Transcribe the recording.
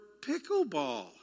pickleball